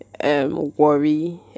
Worry